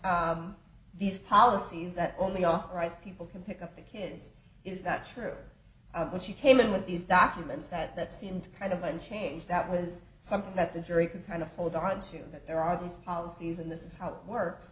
that these policies that only authorized people can pick up the kids is that true but she came in with these documents that seemed kind of unchanged that was something that the jury could kind of hold on to that there are these policies and this is how it works